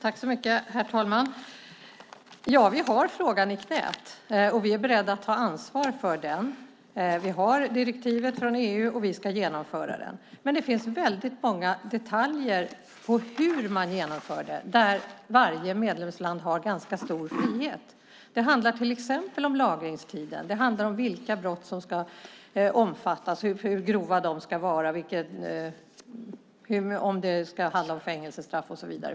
Herr talman! Vi har frågan i knät, och vi är beredda att ta ansvar för den. Vi har direktivet från EU, och vi ska genomföra detta. Men det finns många detaljer när det gäller hur man genomför det, där varje medlemsland har ganska stor frihet. Det handlar till exempel om lagringstiden, om vilka brott som ska omfattas, hur grova de ska vara om det ska handla om fängelsestraff och så vidare.